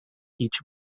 each